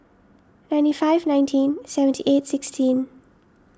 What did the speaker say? ninety five nineteen seventy eight sixteen